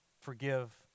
forgive